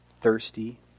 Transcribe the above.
thirsty